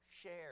share